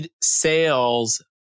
sales